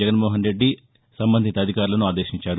జగన్మోహన్ రెడ్డి సంబంధిత అధికారులను ఆదేశించారు